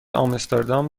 آمستردام